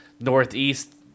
northeast